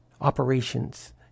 Operations